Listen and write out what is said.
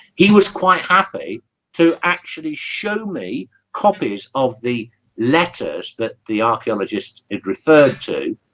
he was quite happy to actually show me copies of the letters that the archaeologists had referred to